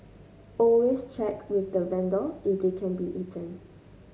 always check with the vendor if they can be eaten